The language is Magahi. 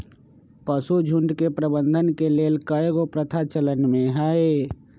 पशुझुण्ड के प्रबंधन के लेल कएगो प्रथा चलन में हइ